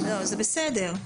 זה בסדר.